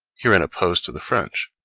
herein opposed to the french,